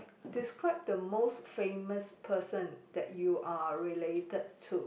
describe the most famous person that you are related to